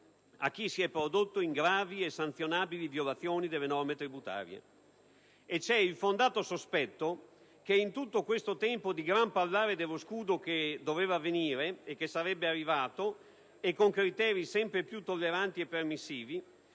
a chi si è prodotto in gravi e sanzionabili violazioni delle norme tributarie. C'è il fondato sospetto che in tutto questo tempo di gran parlare dello scudo che sarebbe arrivato, e con criteri sempre più tolleranti e permissivi,